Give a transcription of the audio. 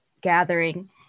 gathering